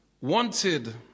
Wanted